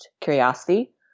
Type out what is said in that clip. curiosity